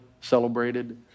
celebrated